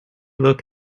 look